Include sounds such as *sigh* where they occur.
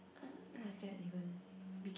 uh what is there even *breath*